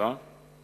1967,